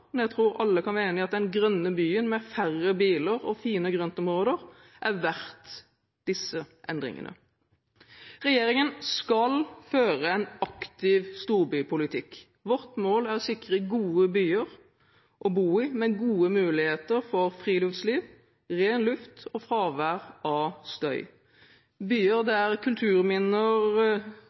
men jeg tror alle kan være enig i at den grønne byen, med færre biler og fine grøntområder, er verdt disse endringene. Regjeringen skal føre en aktiv storbypolitikk. Vårt mål er å sikre gode byer å bo i, med gode muligheter for friluftsliv, ren luft og fravær av støy. Det er byer der